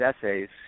essays